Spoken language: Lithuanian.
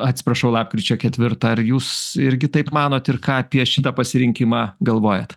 atsiprašau lapkričio ketvirtą ar jūs irgi taip manot ir ką apie šitą pasirinkimą galvojat